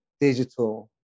digital